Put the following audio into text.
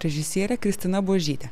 režisierė kristina buožytė